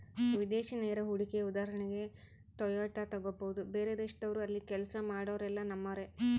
ವಿದೇಶಿ ನೇರ ಹೂಡಿಕೆಯ ಉದಾಹರಣೆಗೆ ಟೊಯೋಟಾ ತೆಗಬೊದು, ಬೇರೆದೇಶದವ್ರು ಅಲ್ಲಿ ಕೆಲ್ಸ ಮಾಡೊರೆಲ್ಲ ನಮ್ಮರೇ